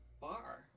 bar